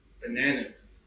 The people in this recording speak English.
bananas